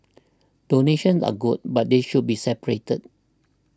donations are good but they should be separate